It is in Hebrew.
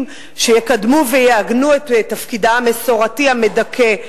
שיקדמו ויעגנו את תפקידה המסורתי המדכא.